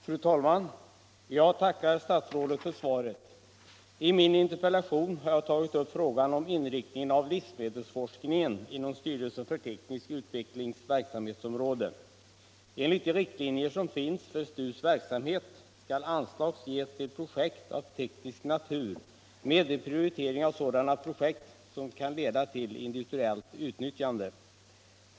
Fru talman! Jag tackar statsrådet för svaret. I min interpellation har jag tagit upp frågan om inriktningen av livsmedelsforskningen inom styrelsens för teknisk utveckling, STU, verksamhetsområde. Enligt de riktlinjer som finns för STU:s verksamhet skall anslag ges till projekt av teknisk natur med prioritering av sådana projekt som kan leda till industriellt utnyttjande.